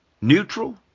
Neutral